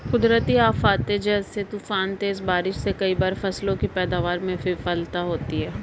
कुदरती आफ़ते जैसे तूफान, तेज बारिश से कई बार फसलों की पैदावार में विफलता होती है